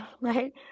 right